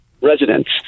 residents